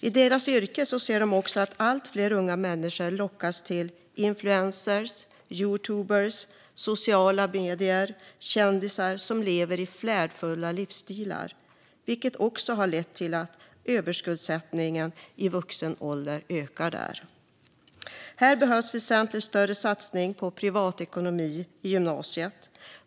I sina yrken ser skuldrådgivarna också att allt fler unga människor lockas till influerare, youtubers, sociala medier och kändisar med flärdfulla livsstilar, vilket lett till att överskuldsättningen i vuxen ålder ökar. Det behövs en väsentligt större satsning på privatekonomi i gymnasiet.